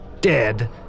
dead